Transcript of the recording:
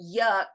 yuck